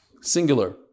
Singular